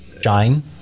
shine